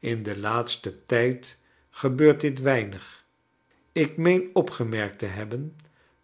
in den laatsten tijd gebeurt dit weinig ik meen opgemerkt te hebben